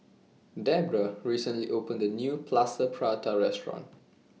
Debera recently opened A New Plaster Prata Restaurant